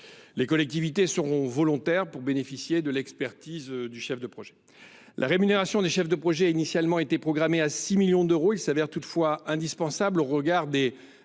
Les collectivités seront volontaires pour bénéficier de l’expertise du chef de projet. La rémunération des chefs de projet a initialement été programmée pour un montant de 6 millions d’euros. Il apparaît toutefois indispensable, au regard des